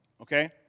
Okay